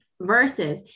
versus